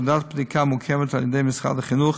ועדת בדיקה מוקמת על-ידי משרד החינוך